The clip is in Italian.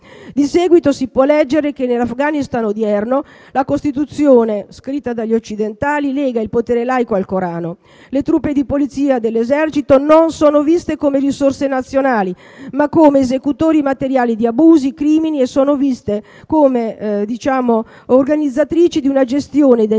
Di seguito si può leggere che nell'Afghanistan odierno, la Costituzione, scritta dagli occidentali, lega il potere laico al Corano, le truppe di polizia dell'esercito non sono viste come risorse nazionali, ma come esecutori materiali di abusi, crimini e corruzione gestiti da un centro che